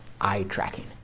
eye-tracking